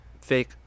fake